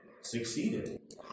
succeeded